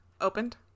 Opened